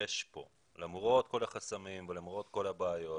למרות כל החסמים ולמרות כל הבעיות,